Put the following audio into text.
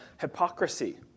hypocrisy